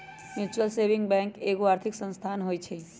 mutual saving bank एगो आर्थिक संस्थान होइ छइ